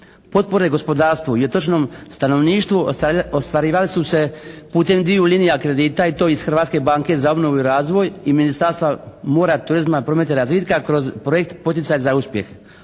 Potpore gospodarstvu i o točnom stanovništvu ostvarivali su se putem dviju linija kredita i to iz Hrvatske banke za obnovu i razvoj i Ministarstva mora, turizma, prometa i razvitka kroz projekt poticaj za uspjeh.